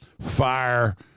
fire